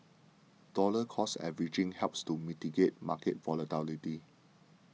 dollar cost averaging helps to mitigate market volatility